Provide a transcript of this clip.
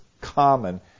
common